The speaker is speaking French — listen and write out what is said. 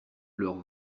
leurs